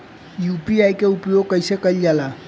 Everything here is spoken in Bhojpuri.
यू.पी.आई के उपयोग कइसे कइल जाला?